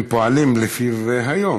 הם פועלים לפיו היום.